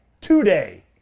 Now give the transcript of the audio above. today